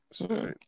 right